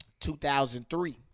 2003